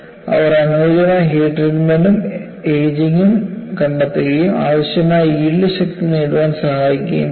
അവർ അനുയോജ്യമായ heat treatment ഉം ageing ഉം കണ്ടെത്തുകയും ആവശ്യമായ യീൽഡ് ശക്തി നേടാൻ സഹായിക്കുകയും ചെയ്യും